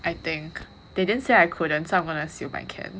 I think they didn't say I couldn't so I am gonna assume I can